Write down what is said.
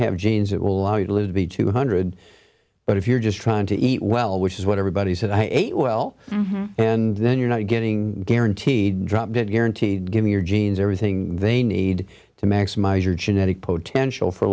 have genes that will allow you to live to be two hundred but if you're just trying to eat well which is what everybody said i ate well and then you're not getting guaranteed dropped it guaranteed given your genes everything they need to maximize your genetic potential for